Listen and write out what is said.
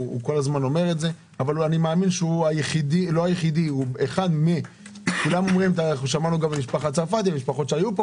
אני אומר שהוא לא היחיד, שמענו על משפחות רבות.